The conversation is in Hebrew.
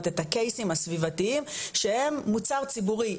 את הקייסים הסביבתיים שהם מוצר ציבורי,